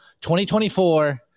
2024